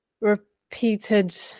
repeated